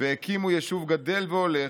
והקימו ישוב גדל והולך,